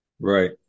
Right